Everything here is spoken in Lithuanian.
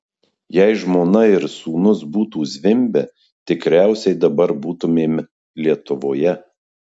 jei žmona ir sūnus būtų zvimbę tikriausiai dabar būtumėm lietuvoje